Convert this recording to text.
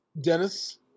Dennis